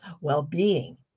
well-being